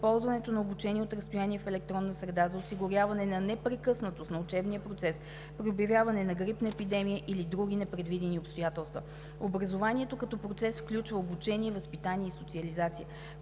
използването на обучението от разстояние – в електронна среда, за осигуряване на непрекъснатост на учебния процес при обявяване на грипна епидемия или други непредвидени обстоятелства. Образованието като процес включва обучение, възпитание и социализация.